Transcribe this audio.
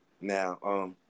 Now